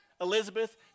Elizabeth